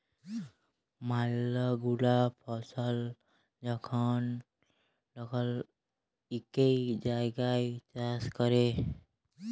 ম্যালা গুলা ফসল যখল ইকই জাগাত চাষ ক্যরে